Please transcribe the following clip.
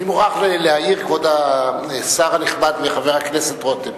כבוד השר הנכבד וחבר הכנסת רותם,